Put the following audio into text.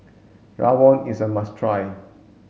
Rawon is a must try